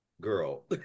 Girl